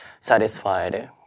satisfied